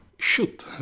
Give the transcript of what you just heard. shoot